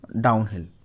downhill